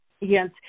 yes